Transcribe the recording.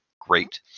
Great